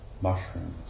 mushrooms